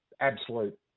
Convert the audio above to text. absolute